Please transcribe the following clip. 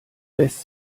lässt